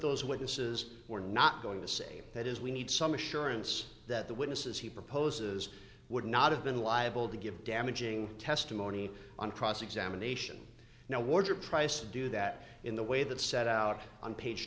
those witnesses we're not going to say that is we need some assurance that the witnesses he proposes would not have been liable to give damaging testimony on cross examination now warder price do that in the way that set out on page